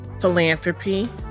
philanthropy